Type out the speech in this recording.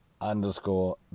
underscore